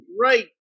Right